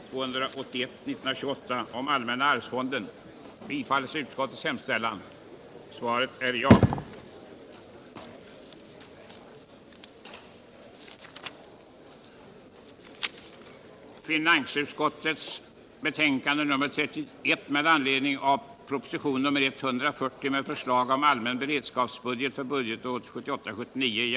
I vår partimotion, nr 894, tar vi upp frågan om formerna för det statliga stödet till företagen och myndigheternas hantering av detsamma och kräver en inventering i syfte att förenkla stödet. Liknande krav framförs i motion 650 av Barbro Engman. 120 förenkla företagens och myndigheternas stödhantering.